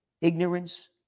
ignorance